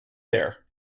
there